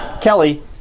Kelly